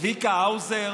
צביקה האוזר,